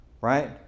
Right